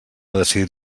decidit